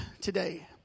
today